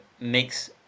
makes